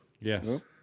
Yes